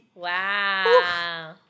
Wow